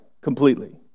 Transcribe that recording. completely